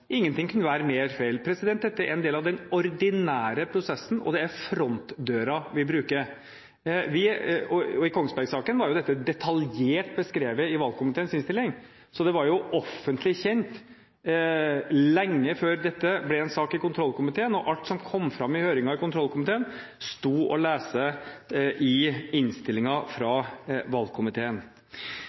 Ingenting kunne være mer feil. Dette er en del av den ordinære prosessen, og det er frontdøra vi bruker! I Kongsberg-saken var jo dette detaljert beskrevet i valgkomiteens innstilling, så det var jo offentlig kjent lenge før dette ble en sak i kontrollkomiteen. Alt som kom fram under høringen i kontrollkomiteen, sto å lese i innstillingen fra valgkomiteen.